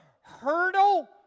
hurdle